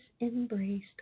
embraced